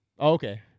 okay